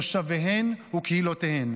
תושביהן וקהילותיהן.